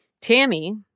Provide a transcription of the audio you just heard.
Tammy